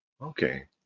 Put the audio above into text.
okay